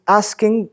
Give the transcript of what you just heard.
asking